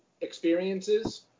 experiences